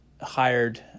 hired